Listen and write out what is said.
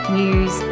news